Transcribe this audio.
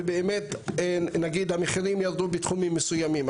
ובאמת נגיד המחירים ירדו בתחומים מסוימים,